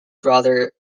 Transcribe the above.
broader